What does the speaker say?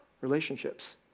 Relationships